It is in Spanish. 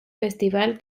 festival